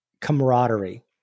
camaraderie